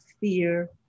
fear